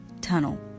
tunnel